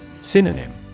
Synonym